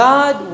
God